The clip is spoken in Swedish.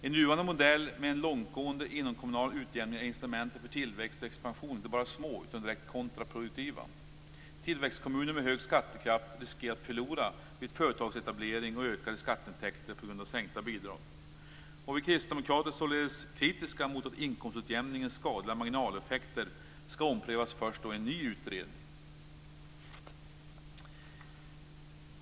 I nuvarande modell med en långtgående inomkommunal utjämning är incitamenten för tillväxt och expansion inte bara små utan direkt kontraproduktiva. Tillväxtkommuner med hög skattekraft riskerar att förlora vid företagsetablering och ökade skatteintäkter på grund av sänkta bidrag. Vi kristdemokrater är således kritiska mot att för inkomstutjämningen skadliga marginaleffekter skall omprövas först i en ny utredning.